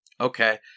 okay